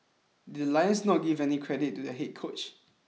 did the Lions not give any credit to their head coach